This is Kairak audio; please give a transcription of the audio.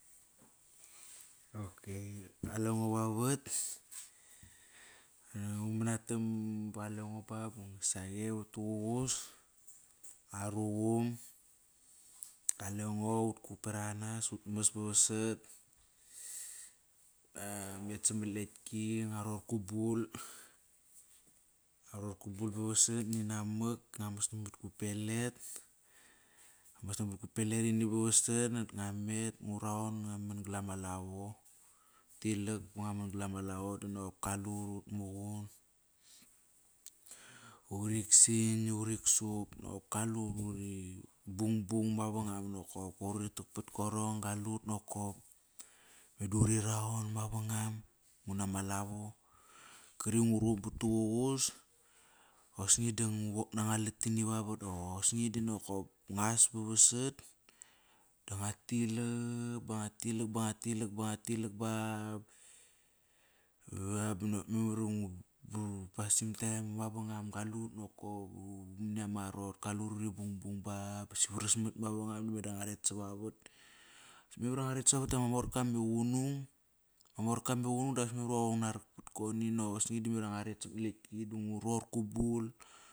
Qalengo vavat ngu manatam ba qalengo ba, ba ngari saqe votuququs. Ngua ruqum. Qalengo utkuk berak anas ut mas ba vasat, ngua met samat lekti ngua ror gu bul, ngua nor gu bul ba vasat. Ninamak ngua mas namat gu pelerini ba vasat nakt ngua met ngu raon. Ngu man gal ama lavo. Ngu tilak ba ngua man gal ama lavo dap kaliut ut muqun. Uri san, uri tsup, nop. Kaluturi bungbung mavangam nakop qoir uri tak pat gorong. Kalut nokop. Meda uri raon mavangam nguna ma lavo. Kiri ngu ruqum pat duququs osni da ngu wok nanga latini vavato osni da nakop nguas ba vasat da ngua tilak ba ngua tilak, ba ngua tilak ba ngua tilak baa-ba nop memar iva ngu pasim time mavangam qaliut nokop money ama arot. Kalut uri bungbung ba bosi varasmat mavangam meda ngua ret savavat, memar iva ngua savavat da ma morka me qunung, morka me qunung das meman qoir nguna rak pat goni, nop osni da memar iva ngua ret samat lekti ba ngu ror gu bu.